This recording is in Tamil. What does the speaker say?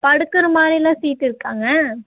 படுக்கிற மாதிரி எல்லாம் சீட் இருக்காங்க